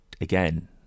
again